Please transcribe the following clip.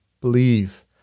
believe